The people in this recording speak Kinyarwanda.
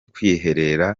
kwihera